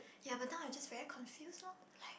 ya but now I'm just very confuse loh like